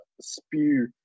spew